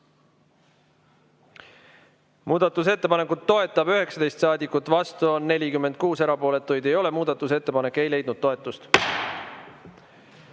Muudatusettepanekut toetab 19 saadikut, vastu on 46, erapooletuid ei ole. Muudatusettepanek ei leidnud toetust.